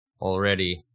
already